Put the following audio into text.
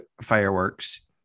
fireworks